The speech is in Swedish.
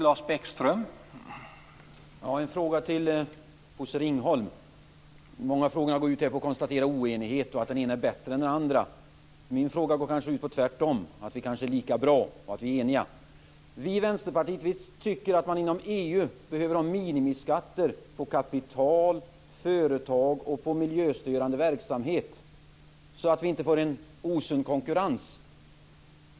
Herr talman! Jag har en fråga till Bosse Ringholm. Många av frågorna här går ut på att konstatera oenighet och på att den ene är bättre än den andre. Min fråga syftar snarare till motsatsen, att konstatera att vi kanske är lika bra och eniga. Vi i Vänsterpartiet tycker att man inom EU behöver ha minimiskatter på kapital, företag och miljöstörande verksamhet, så att det inte blir en osund konkurrens.